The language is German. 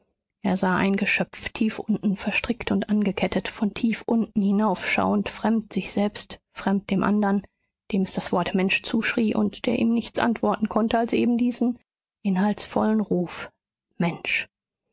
er sah ein geschöpf tief unten verstrickt und angekettet von tief unten hinaufschauend fremd sich selbst fremd dem andern dem es das wort mensch zuschrie und der ihm nichts antworten konnte als eben diesen inhaltsvollen ruf mensch